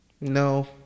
No